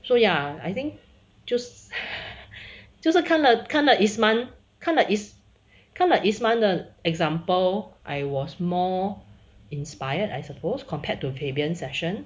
so ya I think 就是 就是看到看到 isman 看到 is 看到 isman 的 example I was more inspired I suppose compared to fabian's session